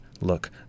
look